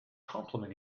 complement